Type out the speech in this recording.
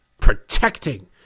protecting